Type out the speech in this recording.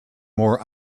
more